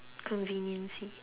conveniency